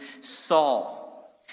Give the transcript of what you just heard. Saul